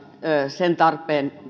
sen tarpeen